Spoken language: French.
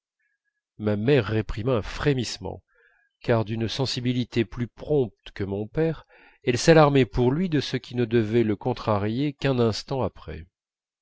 ma mère réprima un frémissement car d'une sensibilité plus prompte que mon père elle s'alarmait pour lui de ce qui ne devait le contrarier qu'un instant après